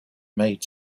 made